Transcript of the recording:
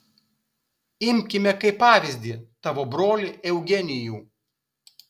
imkime kaip pavyzdį tavo brolį eugenijų